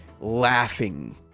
laughing